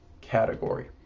category